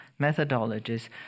methodologies